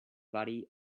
body